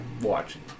watching